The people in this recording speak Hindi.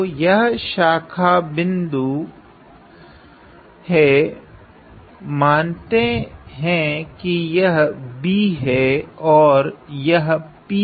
तो यह मेरा शाखा बिन्दु हैं मानते हैं की यह B है और यह P पर हैं